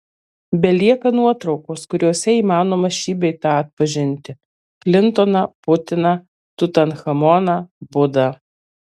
belieka nuotraukos kuriose įmanoma šį bei tą atpažinti klintoną putiną tutanchamoną budą